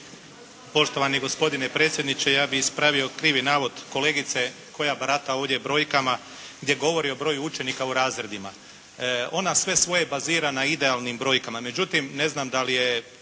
Poštovani gospodine predsjedniče, ja bi ispravio krivi navod kolegice koja barata ovdje brojkama gdje govori o broju učenika u razredima. Ona sve svoje bazira na idealnim brojkama, međutim, ne znam da li je